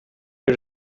que